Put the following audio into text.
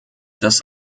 das